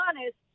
honest